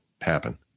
happen